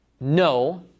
no